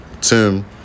Tim